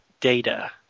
Data